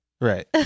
Right